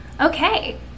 Okay